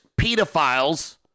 pedophiles